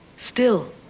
still,